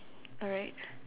alright